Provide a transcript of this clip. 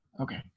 okay